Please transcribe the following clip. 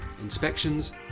inspections